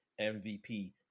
MVP